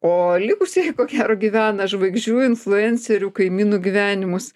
o likusieji ko gero gyvena žvaigždžių influencerių kaimynų gyvenimus